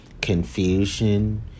confusion